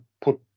put